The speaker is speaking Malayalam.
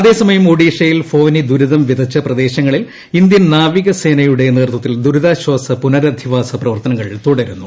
അതേസമയം ഒഡീഷയിൽ ഫോനി ദുരിതം വിതച്ച പ്രദേശങ്ങളിൽ ഇന്ത്യൻ നാവികസേനയുടെ നേതൃത്വത്തിൽ ദുരിതാശ്വാസ പുനരധിവാസ പ്രവർത്തനങ്ങൾ തുടരുന്നു